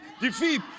defeat